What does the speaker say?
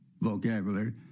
vocabulary